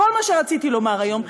כל מה שרציתי לומר היום,